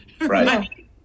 right